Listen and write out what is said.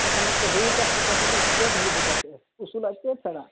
ᱟᱪᱪᱷᱟ ᱱᱮᱥ ᱫᱚ ᱦᱳᱲᱳ ᱪᱟᱥ ᱯᱮ ᱪᱟᱥᱮᱫ ᱫᱚ ᱪᱮᱫ ᱦᱳᱲᱳ ᱯᱮ ᱪᱟᱥᱮᱜ ᱫᱟ ᱩᱥᱩᱞᱟᱜ ᱥᱮ ᱥᱮᱬᱟᱣᱟᱜ